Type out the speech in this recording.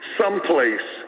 someplace